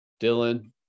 Dylan